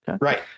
Right